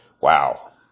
wow